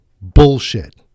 bullshit